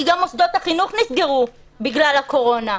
כי גם מוסדות החינוך נסגרו בגלל הקורונה.